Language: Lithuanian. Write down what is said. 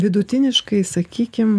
vidutiniškai sakykim